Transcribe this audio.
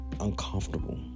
uncomfortable